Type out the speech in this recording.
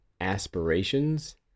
aspirations